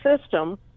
system